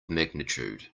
magnitude